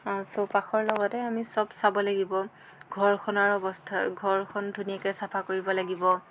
চৌপাশৰ লগতে আমি চব চাব লাগিব ঘৰখনৰ অৱস্থা ঘৰখন ধুনীয়াকৈ চাফা কৰিব লাগিব